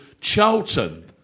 Charlton